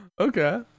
Okay